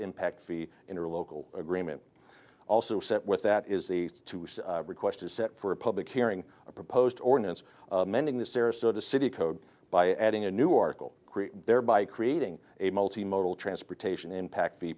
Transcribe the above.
impact fee in our local agreement also set with that is the to request is set for a public hearing a proposed ordinance amending the sarasota city code by adding a new article thereby creating a multi modal transportation impact the